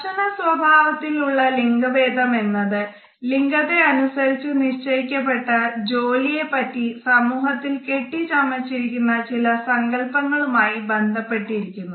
സ്പർശന സ്വഭാവത്തിൽ ഉള്ള ലിംഗ ഭേദം എന്നത് ലിംഗത്തെ അനുസരിച്ച് നിശ്ചയിക്കപ്പട്ട ജോലിയെ പറ്റി സമൂഹത്തിൽ കെട്ടിച്ചമച്ചിരിക്കുന്ന ചില സങ്കല്പങ്ങളുമായി ബന്ധപ്പെട്ടിരിക്കുന്നു